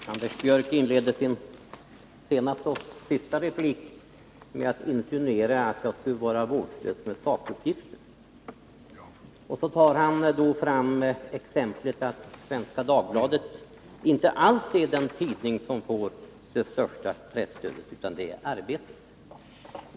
Herr talman! Anders Björck inledde sin senaste och sista replik med att insinuera att jag skulle vara vårdslös med sakuppgifter. Så tar han fram exemplet att Svenska Dagbladet inte alls är den tidning som får det största presstödet, utan det är Arbetet.